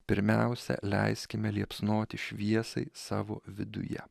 pirmiausia leiskime liepsnoti šviesai savo viduje